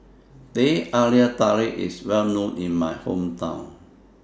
Teh Halia Tarik IS Well known in My Hometown